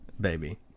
baby